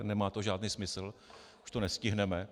Nemá to žádný smysl, už to nestihneme.